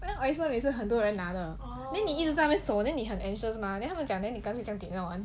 因为 oyster 每次很多人拿的 then 你一直在那边守 then 你很 anxious mah then 他们讲你干脆点到完